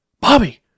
Bobby